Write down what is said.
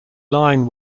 line